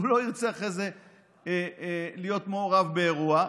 והוא לא ירצה אחרי זה להיות מעורב באירוע,